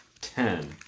ten